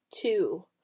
two